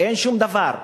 אין שום דבר.